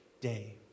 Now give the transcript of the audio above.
day